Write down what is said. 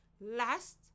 Last